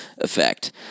effect